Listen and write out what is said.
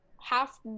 half